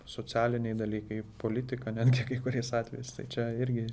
socialiniai dalykai politika netgi kai kuriais atvejais tai čia irgi